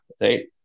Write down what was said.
right